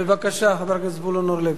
בבקשה, חבר הכנסת זבולון אורלב.